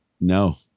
No